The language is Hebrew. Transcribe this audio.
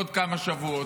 בעוד כמה שבועות,